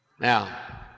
Now